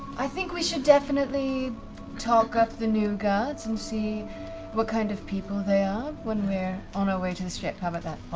i think we should definitely talk up the new guards and see what kind of people they are when we're on our way to the ship, how about that?